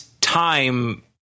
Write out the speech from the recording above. time